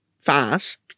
fast